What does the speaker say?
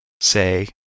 say